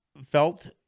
felt